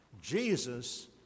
jesus